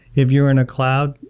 if you're in a cloud,